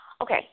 okay